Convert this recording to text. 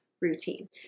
routine